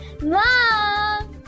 Mom